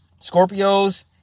Scorpios